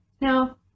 Now